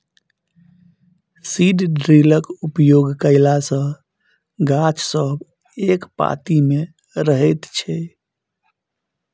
seed ड्रिलक उपयोग कयला सॅ गाछ सब एक पाँती मे रहैत छै